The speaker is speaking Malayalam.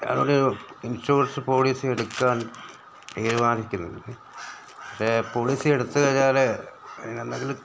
ഞാനൊരു ഇൻഷുറൻസ് പോളിസി എടുക്കാൻ തീരുമാനിക്കുന്നത് പക്ഷേ പോളിസി എടുത്ത് കഴിഞ്ഞാല് അതിന് എന്തെങ്കിലും